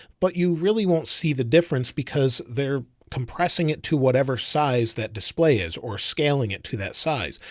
but you really won't see the difference because they're compressing it to whatever size that display is or scaling it to that size.